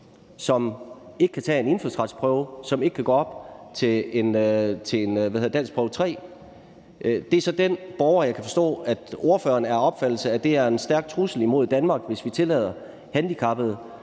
som ikke kan tage en indfødsretsprøve, og som ikke kan gå op til en danskprøve 3. Jeg kan så forstå, at ordføreren opfatter det som en stærk trussel mod Danmark, hvis vi tillader handicappede